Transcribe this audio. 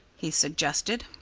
he suggested.